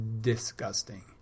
disgusting